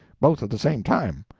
both at the same time.